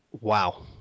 wow